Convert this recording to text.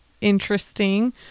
interesting